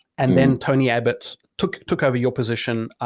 and then tony abbott took took over your position,